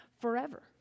forever